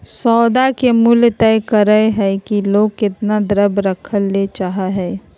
सौदा के मूल्य तय करय हइ कि लोग केतना द्रव्य रखय ले चाहइ हइ